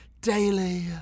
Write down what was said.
daily